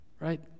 Right